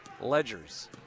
Ledgers